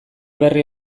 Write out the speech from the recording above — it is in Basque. berri